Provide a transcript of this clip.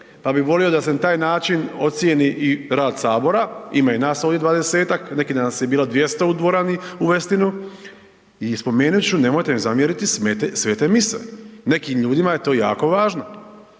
pa bi volio da se na taj način ocijeni i rad sabora, ima i nas ovdje 20-tak, neki dan nas je bilo 200 u dvorani u Westinu i spomenut ću nemojte mi zamjeriti svete mise, nekim ljudima je to jako važno.